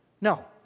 No